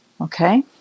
okay